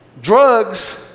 drugs